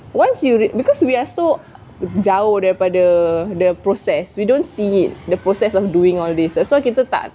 once you because we are so jauh daripada the the process we don't see it the process of doing all this that's why people kita tak